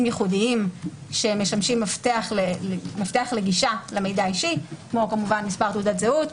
ייחודיים שמשמשים מפתח לגישה למידע אישי כמו מספר תעודת זהות,